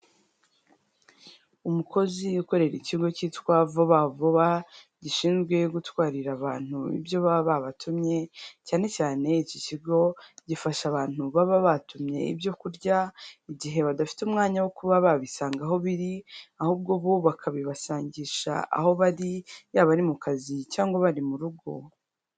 Umukozi ukorera ikigo cyitwa vuba vuba gishinzwe gutwarira abantu ibyo baba babatumye cyane cyane icyo kigo gifasha abantu baba batumye ibyo kurya igihe badafite umwanya wo kuba babisanga aho biri ahubwo bo bakabi basangisha aho bari yaba ari mu kazi cyangwa bari mu rugo.